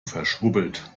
verschwurbelt